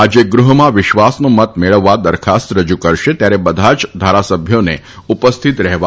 આજે ગૃહમાં વિશ્વાસનો મત મેળવવા દરખાસ્ત રજુ કરશે ત્યારે બધા જ ધારાસભ્યોને ઉપસ્થીત રહેવા